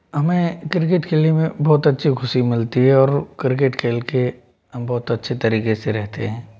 हमें क्रिकेट खेलने में बहुत अच्छी खुशी मिलती है और क्रिकेट खेल के बहुत अच्छे तरीके से रहते हैं